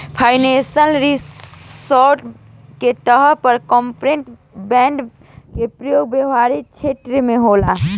financial security के तौर पर कॉरपोरेट बॉन्ड के प्रयोग व्यापारिक छेत्र में होला